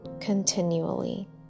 continually